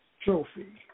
trophy